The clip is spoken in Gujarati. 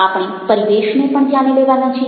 આપણે પરિવેશને પણ ધ્યાને લેવાના છીએ